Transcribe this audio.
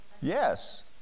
Yes